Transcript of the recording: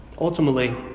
Ultimately